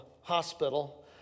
hospital